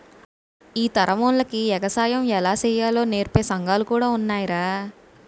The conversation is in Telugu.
ఈ తరమోల్లకి ఎగసాయం ఎలా సెయ్యాలో నేర్పే సంగాలు కూడా ఉన్నాయ్రా